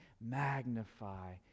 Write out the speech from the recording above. magnify